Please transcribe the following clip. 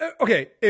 Okay